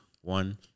One